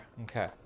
Okay